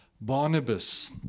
barnabas